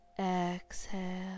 Exhale